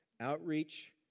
Outreach